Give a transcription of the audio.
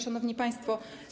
Szanowni Państwo!